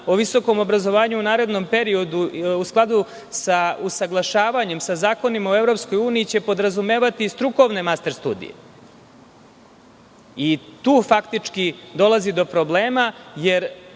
o visokom obrazovanju u narednom periodu, u skladu sa usaglašavanjem sa zakonima u EU, će podrazumevati strukovne master studije. Tu faktički dolazi do problema, jer